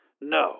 No